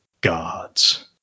gods